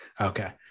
Okay